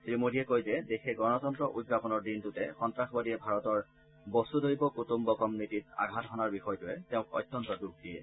শ্ৰীমোদীয়ে কয় যে দেশে গণতন্ত্ৰ উদযাপনৰ দিনটোতে সন্ত্ৰাসবাদীয়ে ভাৰতৰ বসুদৈৱ কুটুম্বকম্ নীতিত আঘাত হনাৰ বিষয়টোৱে তেওঁক অত্যন্ত দুখ দিছে